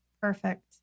Perfect